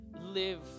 live